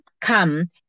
come